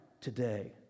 today